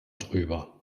drüber